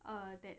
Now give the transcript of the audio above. uh that